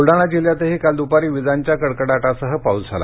बुलडाणा जिल्ह्यातही काल दुपारी विजांच्या कडकडाटासह पाऊस झाला